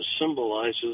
symbolizes